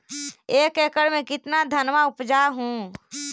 एक एकड़ मे कितना धनमा उपजा हू?